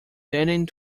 tending